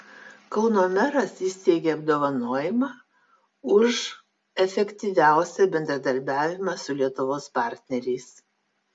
kauno meras įsteigė apdovanojimą už efektyviausią bendradarbiavimą su lietuvos partneriais